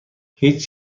هیچ